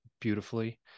beautifully